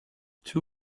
two